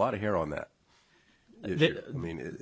lot of hair on that i mean